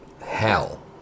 hell